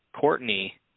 Courtney